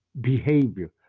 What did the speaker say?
behavior